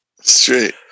Straight